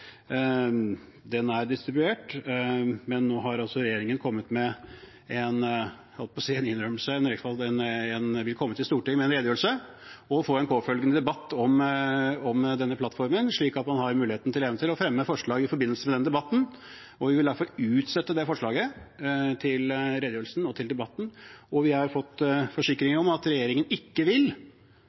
forslaget er distribuert. Men nå vil regjeringen altså komme til Stortinget med – jeg holdt på å si en innrømmelse – en redegjørelse, og få en påfølgende debatt om denne plattformen. Da har man mulighet til å fremme forslag i forbindelse med den debatten. Vi vil derfor utsette å fremme det forslaget til redegjørelsen og debatten. Og vi har fått forsikringer om at regjeringen ikke vil